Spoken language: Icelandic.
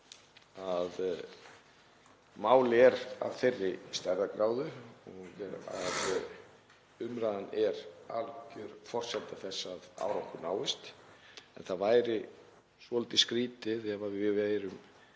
Málið er af þeirri stærðargráðu að umræðan er algjör forsenda þess að árangur náist. Það væri svolítið skrýtið ef við værum